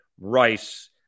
Rice